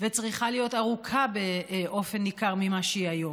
וצריכה להיות ארוכה באופן ניכר ממה שהיא היום,